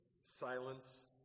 silence